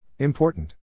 Important